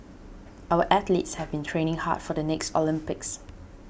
our athletes have been training hard for the next Olympics